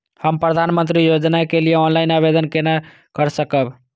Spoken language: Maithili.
हम प्रधानमंत्री योजना के लिए ऑनलाइन आवेदन केना कर सकब?